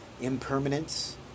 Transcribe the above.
impermanence